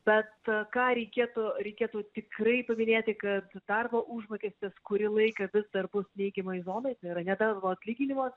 bet ką reikėtų reikėtų tikrai paminėti kad darbo užmokestis kurį laiką vis dar bus neigiamoj zonoj tai yra ne tavo atlyginimas